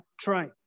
Try